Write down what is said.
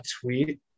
tweet